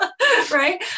right